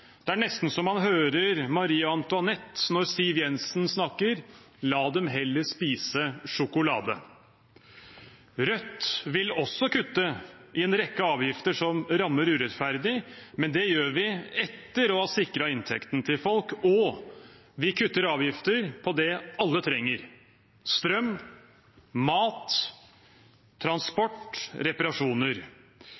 nesten så man hører Marie Antoinette når Siv Jensen snakker: La dem heller spise sjokolade. Rødt vil også kutte en rekke avgifter som rammer urettferdig, men det gjør vi etter å ha sikret inntekten til folk, og vi kutter avgifter på det alle trenger: strøm, mat,